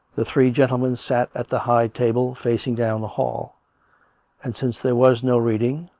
the three gentlemen sat at the high table, facing down the hall and, since there was no reading,